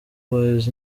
boys